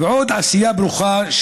ועוד עשייה ברוכה,